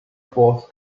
force